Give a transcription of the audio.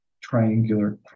triangular